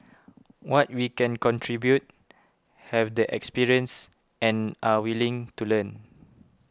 what we can contribute have the experience and are willing to learn